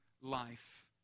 life